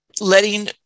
letting